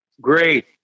Great